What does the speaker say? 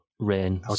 Rain